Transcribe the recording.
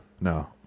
no